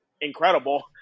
incredible